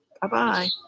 Bye-bye